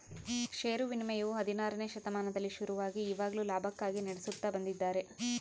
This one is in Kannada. ಷೇರು ವಿನಿಮಯವು ಹದಿನಾರನೆ ಶತಮಾನದಲ್ಲಿ ಶುರುವಾಗಿ ಇವಾಗ್ಲೂ ಲಾಭಕ್ಕಾಗಿ ನಡೆಸುತ್ತ ಬಂದಿದ್ದಾರೆ